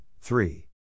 three